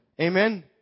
amen